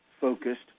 focused